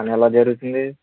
పని ఎలా జరుగుతుంది